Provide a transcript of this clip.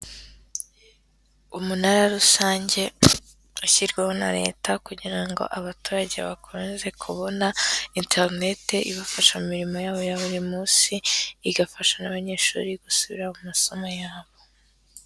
Umunara rusange ushyirwaho na leta kugira ngo abaturage bakomeze kubona interinete ibafasha mu mirimo yabo ya buri munsi, igafasha n'abanyeshuri gusubira mu masomo yabo.